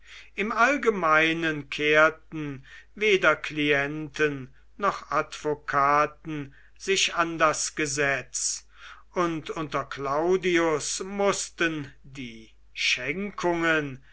im allgemeinen kehrten weder klienten noch advokaten sich an das gesetz und unter claudius mußten die schenkungen